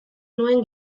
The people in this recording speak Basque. nuen